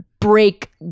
break